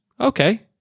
Okay